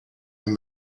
and